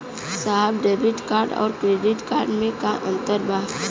साहब debit card और credit card में का अंतर बा?